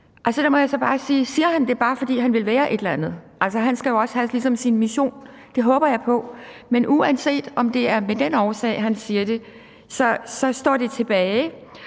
Siger han det bare, fordi han vil være et eller andet? Han skal jo også ligesom have sin mission. Det håber jeg på. Men uanset, om det er af den årsag, at han siger det, så står det der,